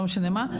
לא משנה מה.